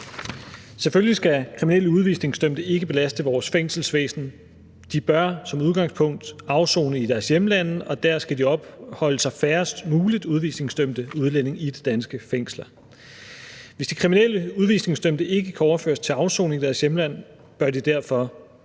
Selvfølgelig skal kriminelle udvisningsdømte ikke belaste vores fængselsvæsen. De bør som udgangspunkt afsone i deres hjemlande, og der skal opholde sig færrest muligt udvisningsdømte udlændinge i de danske fængsler. Hvis de kriminelle udvisningsdømte ikke kan overføres til afsoning i deres hjemland, bør de derfor